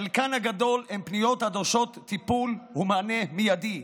חלקן הגדול הן פניות הדורשות טיפול ומענה מיידיים.